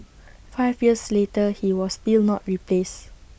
five years later he was still not replaced